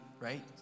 right